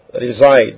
reside